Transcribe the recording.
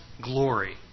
glory